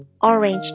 orange